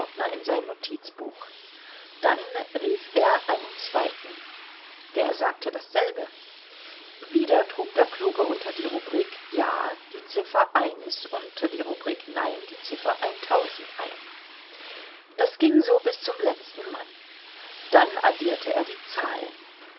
in sein notizbuch dann rief er einen zweiten der sagte dasselbe wieder trug der kluge unter die rubrik ja die ziffer unter die rubrik nein die ziffer ein das ging so bis zum letzten mann dann addierte er die zahlen